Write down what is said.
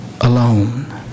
alone